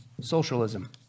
Socialism